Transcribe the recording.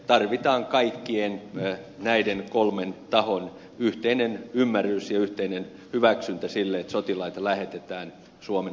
tarvitaan kaikkien näiden kolmen tahon yhteinen ymmärrys ja yhteinen hyväksyntä sille että sotilaita lähetetään suomen ulkopuolelle